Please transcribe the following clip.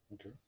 Okay